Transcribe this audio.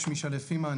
שמי שליו פימה.